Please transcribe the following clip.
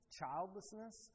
childlessness